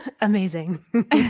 Amazing